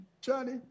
Johnny